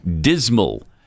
dismal